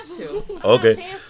Okay